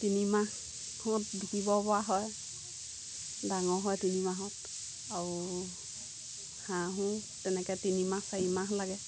তিনিমাহত বিকিব পৰা হয় ডাঙৰ হয় তিনিমাহত আৰু হাঁহো তেনেকৈ তিনিমাহ চাৰিমাহ লাগে